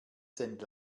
sind